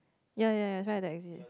ya ya ya right the exit